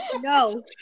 No